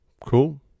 Cool